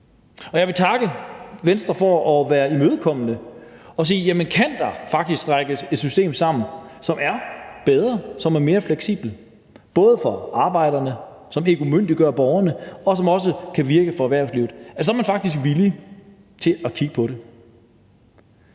Jeg vil takke Venstre for at være imødekommende og sige, at hvis der faktisk kan strikkes et system sammen, som er bedre og mere fleksibelt for arbejderne, så vi ikke umyndiggør borgerne, og som også kan virke for erhvervslivet, er de faktisk villige til at kigge på det.